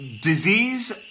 disease